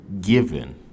given